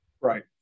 right